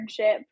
internship